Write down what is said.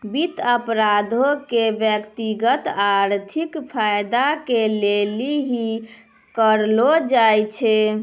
वित्त अपराधो के व्यक्तिगत आर्थिक फायदा के लेली ही करलो जाय छै